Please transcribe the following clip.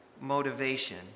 motivation